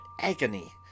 agony